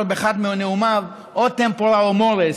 אמר באחד מנאומיו: o tempora o mores,